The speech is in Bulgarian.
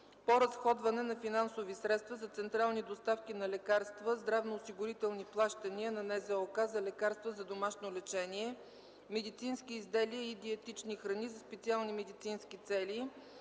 по разходване на финансови средства за централни доставки на лекарства, здравноосигурителни плащания на Националната здравноосигурителна каса за лекарства за домашно лечение, медицински изделия и диетични храни за специални медицински цели